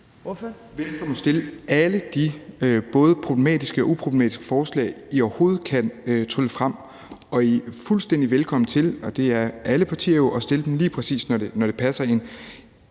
Venstre må fremsætte alle de både problematiske og uproblematiske forslag, I overhovedet kan trylle frem, og I er fuldkommen velkomne til – og det er alle partier – at fremsætte dem, lige præcis når det passer ind.